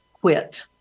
quit